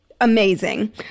amazing